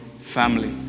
family